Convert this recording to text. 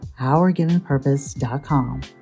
OurGivenPurpose.com